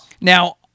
Now